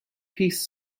piece